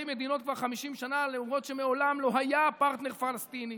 מדינות כבר 50 שנה למרות שמעולם לא היה פרטנר פלסטיני.